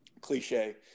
cliche